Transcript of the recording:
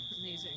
amazing